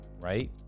Right